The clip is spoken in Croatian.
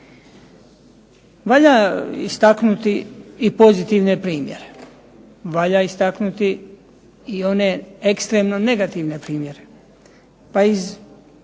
Valja istaknuti i pozitivne primjere, valja istaknuti i one ekstremno negativne primjere. Pa iz